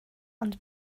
ond